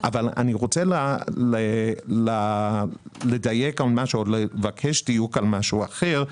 אני רוצה לדייק או לבקש דיוק על משהו אחר.